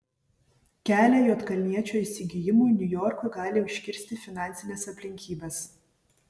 kelią juodkalniečio įsigijimui niujorkui gali užkirsti finansinės aplinkybės